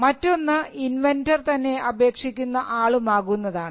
മറ്റൊന്ന് ഇൻവെൻന്റർ തന്നെ അപേക്ഷിക്കുന്ന ആളും ആകുന്നതാണ്